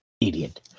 Idiot